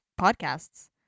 podcasts